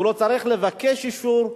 והוא לא צריך לבקש אישור,